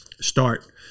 start